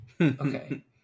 okay